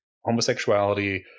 homosexuality